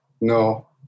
No